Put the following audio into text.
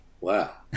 Wow